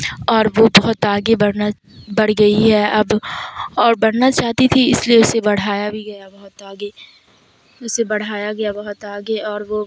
اور وہ بہت آگے بڑھنا بڑھ گئی ہے اب اور بڑھنا چاہتی تھی اس لیے اسے بڑھایا بھی گیا بہت آگے اسے بڑھایا گیا بہت آگے اور وہ